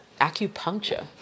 Acupuncture